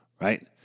Right